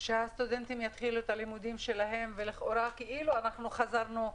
שהסטודנטים יתחילו את הלימודים ולכאורה חזרנו לשגרה,